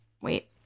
wait